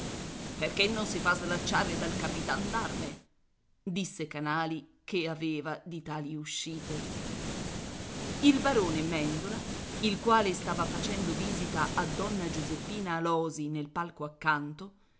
perché non si fa slacciare dal capitan d'arme disse canali che aveva di tali uscite il barone mèndola il quale stava facendo visita a donna giuseppina alòsi nel palco accanto